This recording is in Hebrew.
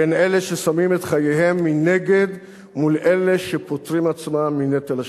בין אלה ששמים את חייהם מנגד מול אלה שפוטרים עצמם מנטל השירות.